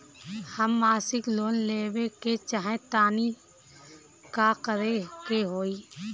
हम मासिक लोन लेवे के चाह तानि का करे के होई?